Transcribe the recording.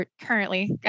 currently